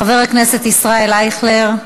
חבר הכנסת ישראל אייכלר,